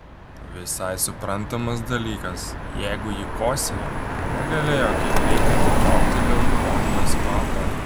visai suprantamas dalykas jeigu ji kosėjo tai negalėjo kiek reikiant įtraukti leukonijos kvapo